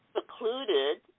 Secluded